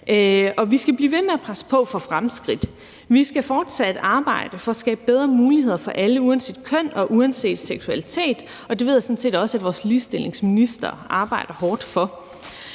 vi skal blive ved med at presse på for fremskridt. Vi skal fortsat arbejde for at skabe bedre muligheder for alle uanset køn og uanset seksualitet. Og det ved jeg sådan set også vores ligestillingsminister arbejder hårdt for.